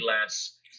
less